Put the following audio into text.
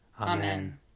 Amen